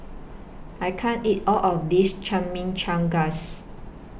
I can't eat All of This Chimichangas